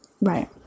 right